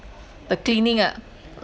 the cleaning ah